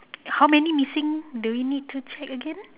how many missing do we need to check again